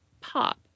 pop